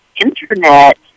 Internet